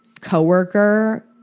co-worker